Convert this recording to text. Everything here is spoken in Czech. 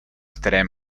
které